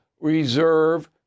reserve